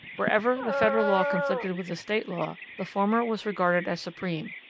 wherever the federal law conflicted with a state law, the former was regarded as supreme,